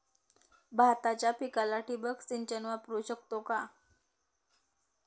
भाताच्या पिकाला ठिबक सिंचन वापरू शकतो का?